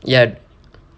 ya